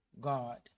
God